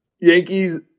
Yankees